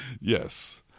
yes